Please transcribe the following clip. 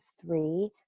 three